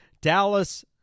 Dallas